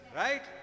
right